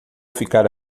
ficar